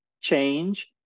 change